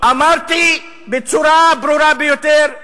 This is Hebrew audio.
אמרתי בצורה ברורה ביותר,